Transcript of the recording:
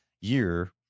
year